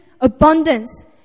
abundance